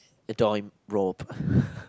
a rob